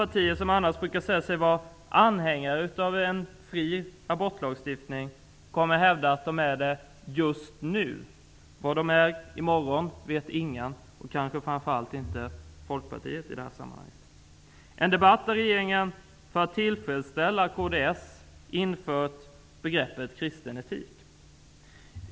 Partier som annars brukar säga sig vara anhängare av en fri abort kommer att hävda att de är det just nu. Vad de är i morgon är det ingen som vet, framför allt inte Folkpartiet. Detta är en debatt där regeringen infört begreppet kristen etik för att tillfredsställa kds.